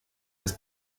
des